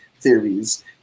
theories